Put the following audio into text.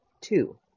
Two